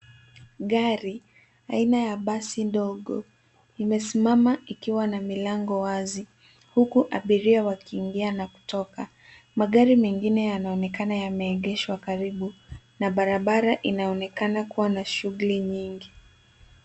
Gari aina ya basi ndogo, imesimama ikiwa na milango wazi, huku abiria wakiingia na kutoka. Magari mengine yanaonekana yameegeshwa karibu na barabara inaonekana kuwa na shughuli nyingi.